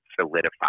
solidify